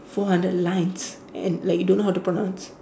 four hundred lines and like you don't know how to pronounce